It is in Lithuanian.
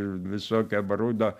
visokio brudo